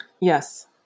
Yes